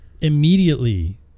immediately